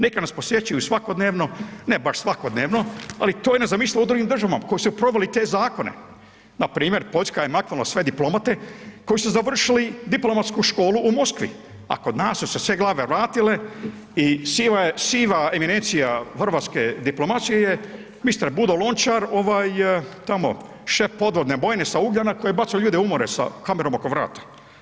Neka nas posjećuju svakodnevno, ne baš svakodnevno, ali to je nezamislivo u drugim državama koji su proveli te zakone, npr. Poljska je maknula sve diplomate koji su završili Diplomatsku školu u Moskvi, a kod nas su se sve glave vratile i siva eminencija hrvatske diplomacije je mister Budo Lončar ovaj tamo šef podvodne bojne sa Ugljana koji je bacao ljude u more sa kamerom oko vrata.